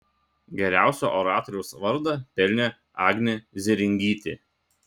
geriausio oratoriaus vardą pelnė agnė zėringytė